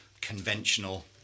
conventional